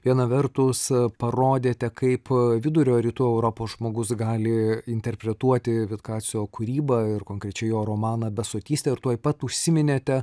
viena vertus parodėte kaip vidurio rytų europos žmogus gali interpretuoti vitkacio kūrybą ir konkrečiai jo romaną besotystę ir tuoj pat užsiminėte